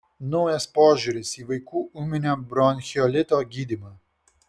naujas požiūris į vaikų ūminio bronchiolito gydymą